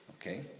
Okay